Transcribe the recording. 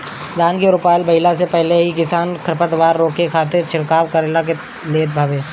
धान के रोपाई भइला से पहिले ही किसान खरपतवार रोके खातिर छिड़काव करवा लेत हवे